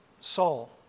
Saul